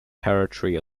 territory